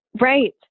right